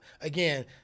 again